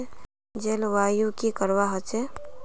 जलवायु की करवा होचे?